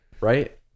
right